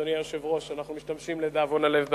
אדוני היושב-ראש, אנחנו משתמשים, לדאבון הלב,